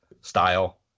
style